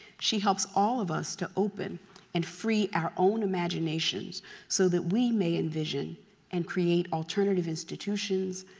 she helps all of us to open and free our own imaginations so that we may envision and create alternative institutions,